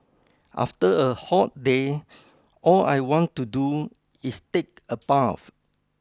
after a hot day all I want to do is take a bath